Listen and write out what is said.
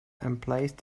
emplaced